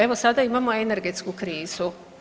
Evo sada imamo energetsku krizu.